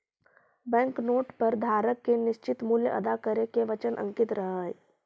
bank note पर धारक के निश्चित मूल्य अदा करे के वचन अंकित रहऽ हई